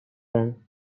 run